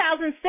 2006